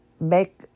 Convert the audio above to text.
make